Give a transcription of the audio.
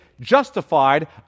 justified